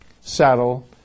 saddle